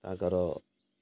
ତାଙ୍କର